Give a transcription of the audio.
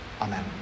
amen